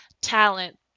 talent